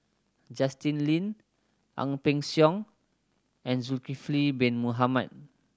Justin Lean Ang Peng Siong and Zulkifli Bin Mohamed